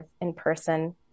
in-person